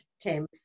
Tim